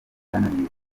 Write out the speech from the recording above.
byananiye